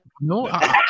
No